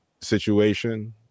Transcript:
situation